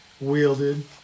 wielded